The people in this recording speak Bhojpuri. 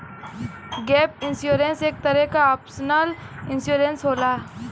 गैप इंश्योरेंस एक तरे क ऑप्शनल इंश्योरेंस होला